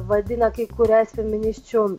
vadina kai kurias feminisčių